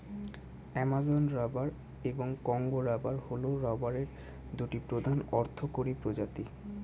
Amazon rubber এবং Congo rubber হল রাবারের দুটি প্রধান অর্থকরী প্রজাতি